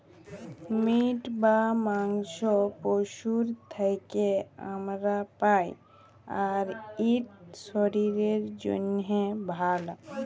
meet বা মাংস পশুর থ্যাকে আমরা পাই, আর ইট শরীরের জ্যনহে ভাল